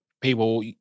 people